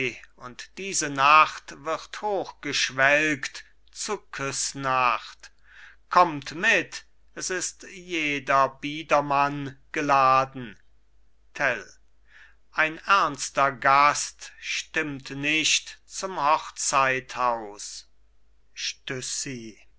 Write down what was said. und diese nacht wird hoch geschwelgt zu küssnacht kommt mit s ist jeder biedermann geladen tell ein ernster gast stimmt nicht zum hochzeitshaus